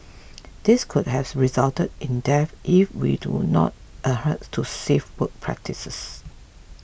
these could have resulted in deaths if we do not adhere to safe work practices